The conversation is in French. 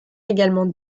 également